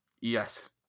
Yes